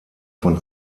von